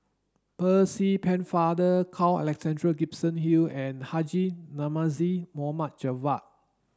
Percy Pennefather Carl Alexander Gibson Hill and Haji Namazie Javad